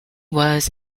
was